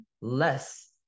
less